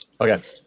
Okay